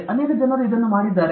ಅನೇಕ ಜನರು ಇದನ್ನು ಮಾಡಿದ್ದಾರೆ